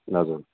हजुर